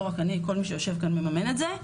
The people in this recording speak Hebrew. לא רק אני, כל מי שיושב כאן מממן את זה,